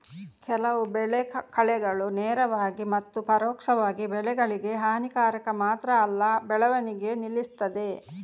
ಕೆಲವು ಬೆಳೆ ಕಳೆಗಳು ನೇರವಾಗಿ ಮತ್ತು ಪರೋಕ್ಷವಾಗಿ ಬೆಳೆಗಳಿಗೆ ಹಾನಿಕಾರಕ ಮಾತ್ರ ಅಲ್ಲ ಬೆಳವಣಿಗೆ ನಿಲ್ಲಿಸ್ತದೆ